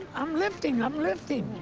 i'm lifting, i'm lifting.